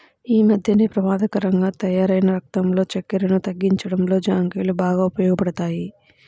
యీ మద్దెన పెమాదకరంగా తయ్యారైన రక్తంలో చక్కెరను తగ్గించడంలో జాంకాయలు బాగా ఉపయోగపడతయ్